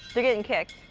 they're getting kicked,